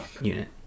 unit